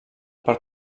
per